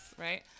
right